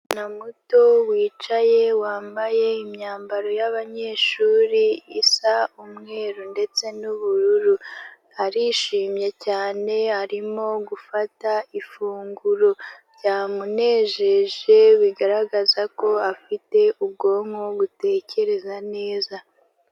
Umwana muto wicaye wambaye imyambaro y'abanyeshuri isa umweru ndetse n'ubururu, arishimye cyane arimo gufata ifunguro, byamunejeje bigaragaza ko afite ubwonko butekereza neza.